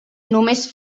només